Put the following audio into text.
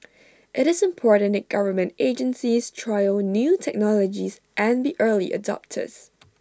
IT is important that government agencies trial new technologies and be early adopters